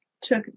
took